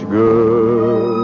good